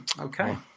okay